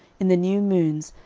in the new moons,